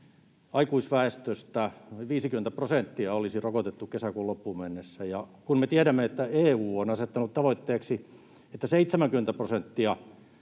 aikuisväestöstä noin 50 prosenttia olisi rokotettu kesäkuun loppuun mennessä. Kun me tiedämme, että EU on asettanut tavoitteeksi, että 70 prosenttia